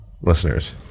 listeners